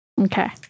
Okay